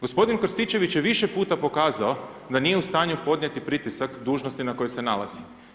Gospodin Krstičević je više puta pokazao da nije u stanju podnijeti pritisak dužnosti na kojoj se nalazi.